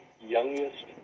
youngest